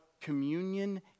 communion